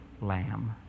lamb